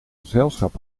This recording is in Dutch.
gezelschap